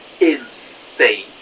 insane